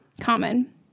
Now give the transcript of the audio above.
common